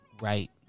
right